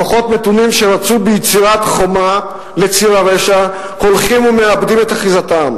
כוחות מתונים שרצו ביצירת חומה לציר הרשע הולכים ומאבדים את אחיזתם